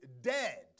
dead